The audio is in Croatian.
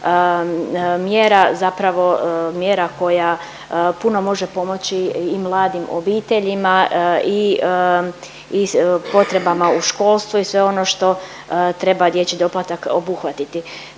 mjera zapravo mjera koja puno može pomoći i mladim obiteljima i, i potrebama u školstvu i sve ono što treba dječji doplatak obuhvatiti.